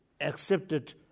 accepted